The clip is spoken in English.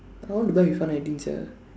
I want to buy refund ending sia